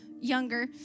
younger